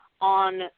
on